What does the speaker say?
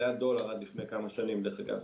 זה היה דולר על לפני כמה שנים, דרך אגב.